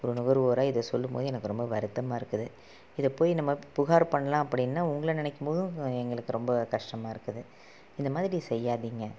ஒரு நுகர்வோராக இதை சொல்லும் போது எனக்கு ரொம்ப வருத்தமாக இருக்குது இதை போய் நம்ம புகார் பண்ணலாம் அப்படின்னா உங்களை நினைக்கும் போதும் எங்களுக்கு ரொம்ப கஷ்டமாக இருக்குது இந்த மாதிரி செய்யாதீங்க